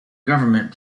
government